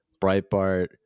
Breitbart